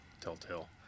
telltale